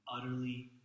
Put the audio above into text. utterly